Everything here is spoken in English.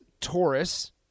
Taurus